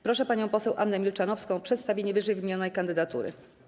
Proszę panią poseł Annę Milczanowską o przedstawienie wymienionej kandydatury.